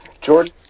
Jordan